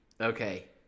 Okay